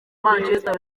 manchester